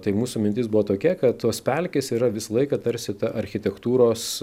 tai mūsų mintis buvo tokia kad tos pelkės yra visą laiką tarsi ta architektūros